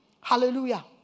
Hallelujah